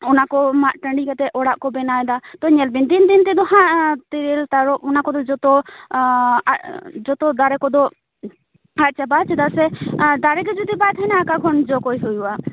ᱚᱱᱟ ᱠᱚ ᱢᱟᱜ ᱴᱟᱺᱰᱤ ᱠᱟᱛᱮᱫ ᱚᱲᱟᱜ ᱠᱚ ᱵᱮᱱᱟᱣ ᱮᱫᱟ ᱛᱳ ᱧᱮᱞ ᱵᱮᱱ ᱫᱤᱱ ᱫᱤᱱᱛᱮᱫᱚ ᱦᱟᱸᱜ ᱛᱮᱨᱮᱞ ᱛᱟᱨᱚᱵ ᱚᱱᱟ ᱠᱚᱫᱚ ᱡᱚᱛᱚ ᱡᱚᱛᱚ ᱫᱟᱨᱮ ᱠᱚᱫᱚ ᱟᱫ ᱪᱟᱵᱟᱜᱼᱟ ᱪᱮᱫᱟᱜ ᱥᱮ ᱫᱟᱨᱮᱜᱮ ᱡᱩᱫᱤ ᱵᱟᱭ ᱛᱟᱦᱮᱱᱟ ᱚᱠᱟ ᱠᱷᱚᱱ ᱡᱚ ᱠᱚᱭ ᱦᱩᱭᱩᱭᱜᱼᱟ